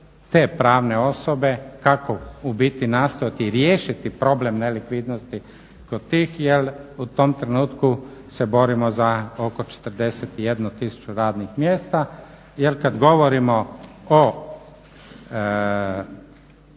te pravne osobe, kako ubiti nastojati riješiti problem nelikvidnost kod tih, jer u tom trenutku se borimo za oko 41 tisuću radnih mjesta. Jer kad govorimo o